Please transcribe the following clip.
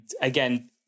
again